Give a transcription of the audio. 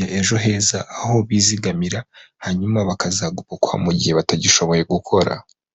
ya ejo heza, aho bizigamira hanyuma bakazagobokwa mu gihe batagishoboye gukora.